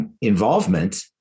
involvement